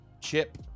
chip